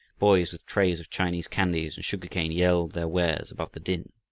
boys with trays of chinese candies and sugar-cane yelled their wares above the din.